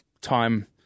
time